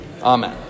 Amen